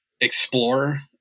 explore